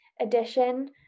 edition